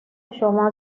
شما